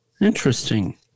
Interesting